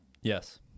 Yes